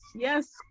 Yes